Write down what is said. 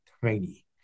tiny